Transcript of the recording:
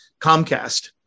Comcast